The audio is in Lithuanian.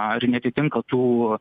ar neatitinka tų